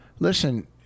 Listen